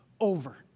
over